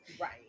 Right